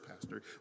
Pastor